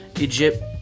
Egypt